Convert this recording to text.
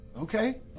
Okay